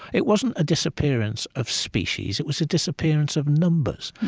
it wasn't a disappearance of species, it was a disappearance of numbers.